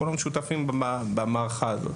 כולנו שותפים במערכה הזאת.